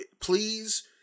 please